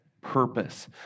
purpose